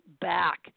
back